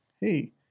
hey